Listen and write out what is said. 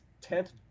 tenth